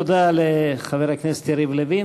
תודה לחבר הכנסת יריב לוין.